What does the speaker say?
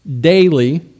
daily